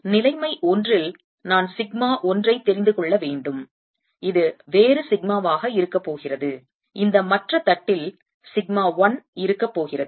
நிலைமை ஒன்றில் நான் சிக்மா 1 ஐ தெரிந்து கொள்ள வேண்டும் இது வேறு சிக்மாவாக இருக்கப்போகிறது இந்த மற்ற தட்டில் சிக்மா 1 இருக்க போகிறது